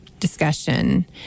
discussion